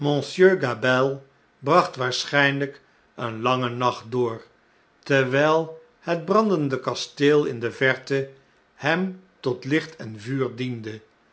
bracht waarschjjnlgk een langen nacht door terwjjl het brandende kasteel in de verte hem tot licht en vuurdiende